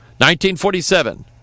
1947